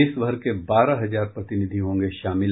देश भर के बारह हजार प्रतिनिधि होंगे शामिल